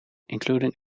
including